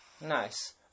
Nice